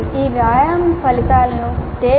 ఈ వ్యాయామాల ఫలితాలను tale